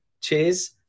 Cheers